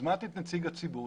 הזמנתי את נציג הציבור,